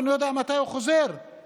אני לא יודע מתי הוא חוזר לתפקוד.